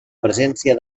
presència